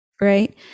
right